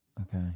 Okay